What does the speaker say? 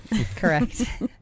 Correct